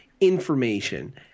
information